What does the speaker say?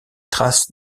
traces